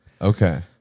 Okay